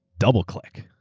doubleclick.